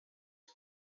the